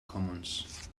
commons